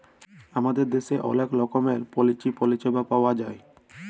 আমাদের দ্যাশের অলেক রকমের পলিচি পরিছেবা পাউয়া যায়